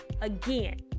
again